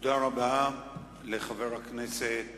תודה רבה לחבר הכנסת